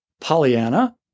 Pollyanna